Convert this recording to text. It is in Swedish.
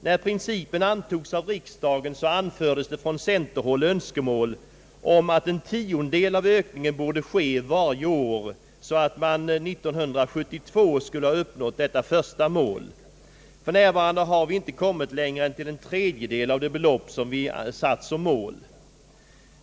När principen antogs av riksdagen anfördes från centerhåll önskemål om att en tiondel av ökningen borde ske varje år så att man år 1972 skulle ha uppnått detta första mål. För närvarande har vi inte kommit längre än till en tredjedel av det belopp som vi har satt såsom mål.